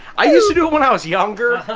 i used to do it when i was younger,